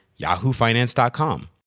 yahoofinance.com